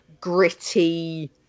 Gritty